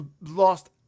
lost